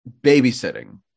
babysitting